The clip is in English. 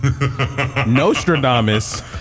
nostradamus